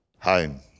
home